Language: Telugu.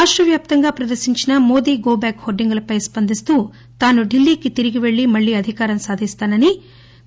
రాష్టవ్యాప్తంగా ప్రదర్శించిన మోడీ గో బ్యాక్ హోర్డింగులపై స్పందిస్తూ ఆయన తానూ ఢిల్లీ కి తిరిగి పెళ్లి మళ్ళీ అధికారం సాధిస్తానని చెప్పారు